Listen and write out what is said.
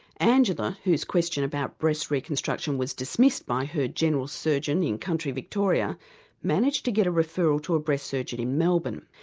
angela whose question about breast reconstruction was dismissed by her general surgeon in country victoria managed to get a referral to a breast surgeon in melbourne.